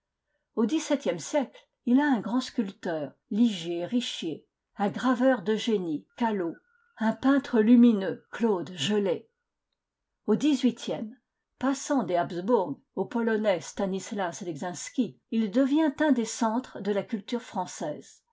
au dix-septième siècle il a un grand sculpteur ligier richicr un graveur de génie callot un peintre lumineux claude gelée au dix-huitième passant des habsbourg au polonais stanislas leczinskj il devient un des centres de la culture française